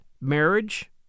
marriage